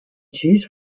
cheese